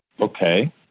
Okay